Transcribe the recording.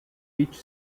each